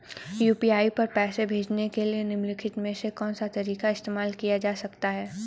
UPI पर पैसे भेजने के लिए निम्नलिखित में से कौन सा तरीका इस्तेमाल किया जा सकता है?